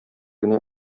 генә